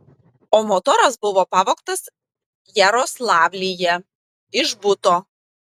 o motoras buvo pavogtas jaroslavlyje iš buto